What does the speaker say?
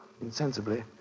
insensibly